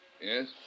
Yes